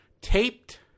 Taped